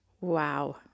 Wow